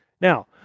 Now